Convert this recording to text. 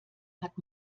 hat